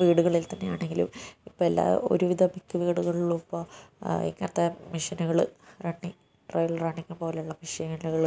വീടുകളിൽത്തന്നെ ആണെങ്കിലും ഇപ്പം എല്ലാ ഒരുവിധം മിക്ക വീടുകളിലും ഇപ്പം ഇങ്ങനത്തെ മെഷീനുകൾ റണ്ണിംഗ് ട്രയൽ റണ്ണിംഗ് പോലുള്ള മെഷീനുകൾ